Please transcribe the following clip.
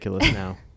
now